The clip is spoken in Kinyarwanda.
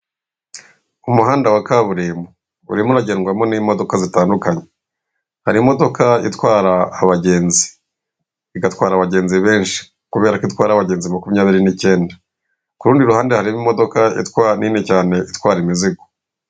Umuhanda wa kaburimbo urimo uragendwamo n'imodoka zitandukanye, hari imodoka itwara abagenzi igatwara abagenzi benshi kubera ko itwara abagenzi makumyabiri n'icyenda, k'urundi ruhande harimo imodoka nine cyane itwara imizigo.